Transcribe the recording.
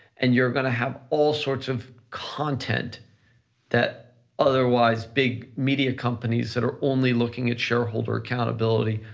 and you're gonna have all sorts of content that otherwise big media companies that are only looking at shareholder accountability,